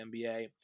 NBA